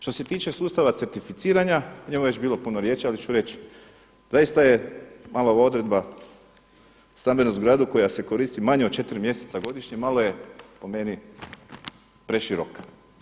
Što se tiče sustava certificiranja, o njemu je već bilo puno riječi ali ću reći, zaista je malo ova odredba stambenu zgradu koja se koristi manje od četiri mjeseca godišnje malo je po meni preširoka.